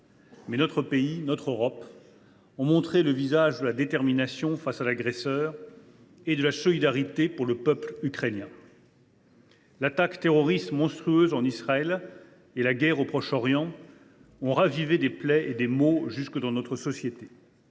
Mais notre pays et notre Europe ont montré le visage de la détermination face à l’agresseur et leur solidarité pour le peuple ukrainien. « L’attaque terroriste monstrueuse en Israël et la guerre au Proche Orient ont ravivé des plaies et des maux jusque dans notre société,